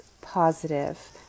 positive